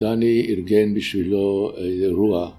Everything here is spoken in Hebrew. דני ארגן בשבילו אירוע